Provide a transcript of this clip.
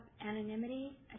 Anonymity